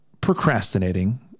procrastinating